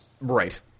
Right